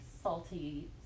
salty